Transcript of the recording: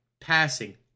passing